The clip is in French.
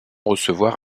recevoir